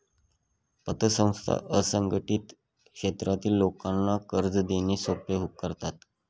पतसंस्था असंघटित क्षेत्रातील लोकांना कर्ज देणे सोपे करतात